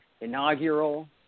inaugural